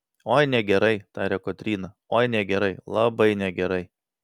oi negerai tarė kotryna oi negerai labai negerai